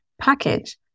package